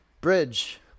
bridge